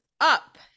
up